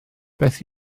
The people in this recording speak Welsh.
beth